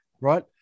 right